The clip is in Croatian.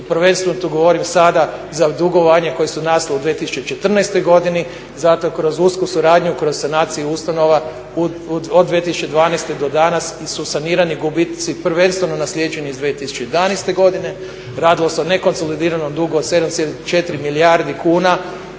Prvenstveno tu govorim sada za dugovanja koja su nastala u 2014. godini. Zato kroz usku suradnju, kroz sanaciju ustanova od 2012. do danas su sanirani gubici prvenstveno naslijeđeni iz 2011. godine. Radilo se o nekonsolidiranom dugu od 7,4 milijardi kuna